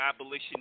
Abolition